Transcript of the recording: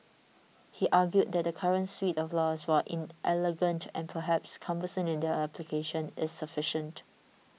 he argued that the current suite of laws while inelegant and perhaps cumbersome in their application is sufficient